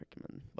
recommend